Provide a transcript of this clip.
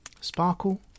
Sparkle